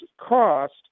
cost